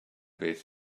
beth